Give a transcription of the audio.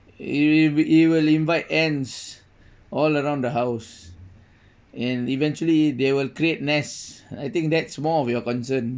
it will it will invite ants all around the house and eventually they will create nest I think that's more of your concern